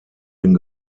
den